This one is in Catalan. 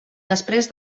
després